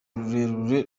rurerure